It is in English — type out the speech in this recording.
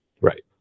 Right